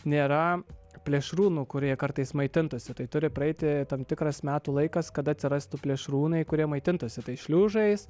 nėra plėšrūnų kurie kartais maitintųsi tai turi praeiti tam tikras metų laikas kad atsirastų plėšrūnai kurie maitintųsi tais šliužais